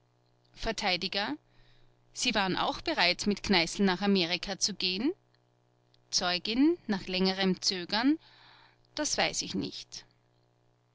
sie waren auch bereit mit kneißl nach amerika zu gehen zeugin nach längerem zögern das weiß ich nicht